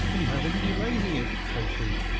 and where will you be raising it? quoth he,